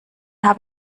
habe